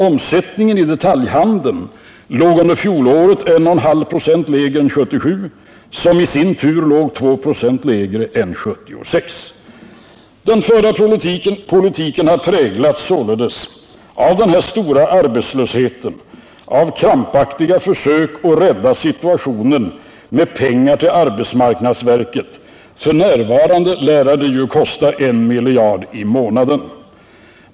Omsättningen i detaljhandeln låg under fjolåret 1,5 96 lägre än 1977, då det i sin tur redovisades siffror som låg lägre än 1976. Den förda politiken har således präglats av den stora arbetslösheten, av krampaktiga försök att rädda situationen med pengar till arbetsmarknadsverket — f.n. lär ju detta kosta 1 miljard i månaden.